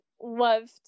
loved